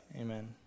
amen